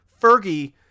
Fergie